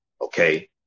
Okay